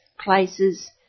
places